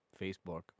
Facebook